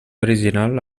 original